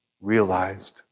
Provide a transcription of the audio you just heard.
realized